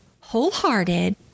wholehearted